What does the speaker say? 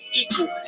equal